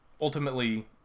Ultimately